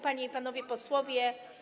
Panie i Panowie Posłowie!